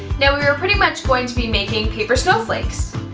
now we are pretty much going to be making paper snowflakes!